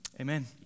Amen